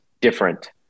different